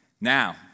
Now